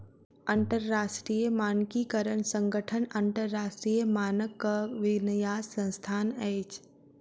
अंतरराष्ट्रीय मानकीकरण संगठन अन्तरराष्ट्रीय मानकक विन्यास संस्थान अछि